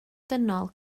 dynol